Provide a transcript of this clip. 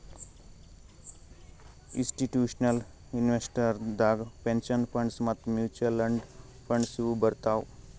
institutional investors ದಾಗ್ pension funds ಮತ್ತ್ mutual funds ಇವ್ನು ಬರ್ತವ್